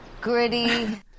Gritty